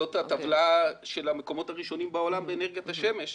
זאת הטבלה של המקומות הראשונים בעולם באנרגיית השמש.